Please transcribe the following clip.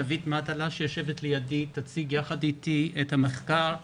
מדאלה שיושבת לידי תציג יחד איתי את המחקר.